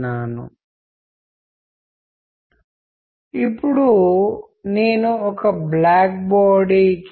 కనుక అది చాలా ముఖ్యమైనది మరి ఇది మనము గ్రహించాలి